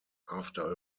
after